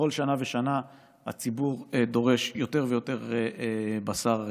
בכל שנה ושנה הציבור דורש יותר ויותר בשר טרי.